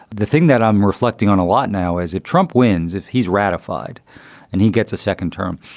the thing that i'm reflecting on a lot now, as if trump wins, if he's ratified and he gets a second term,